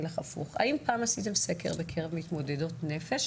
אני אלך הפוך האם פעם עשיתם סקר בקרב מתמודדות נפש,